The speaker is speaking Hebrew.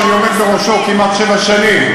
שאני עומד בראשו כמעט שבע שנים,